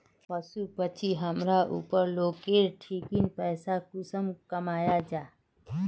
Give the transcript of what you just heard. पशु पक्षी हमरा ऊला लोकेर ठिकिन पैसा कुंसम कमाया जा?